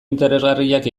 interesgarriak